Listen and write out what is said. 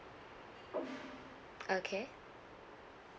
okay